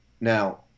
now